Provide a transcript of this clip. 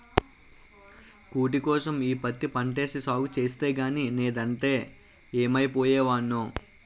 కూటికోసం ఈ పత్తి పంటేసి సాగు సేస్తన్నగానీ నేదంటే యేమైపోయే వోడ్నో